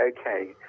okay